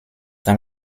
dans